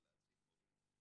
אבל להעצים הורים?